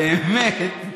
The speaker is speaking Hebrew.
באמת,